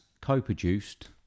co-produced